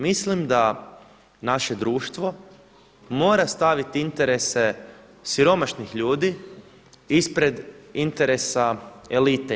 Mislim da naše društvo mora staviti interese siromašnih ljudi ispred interesa elite.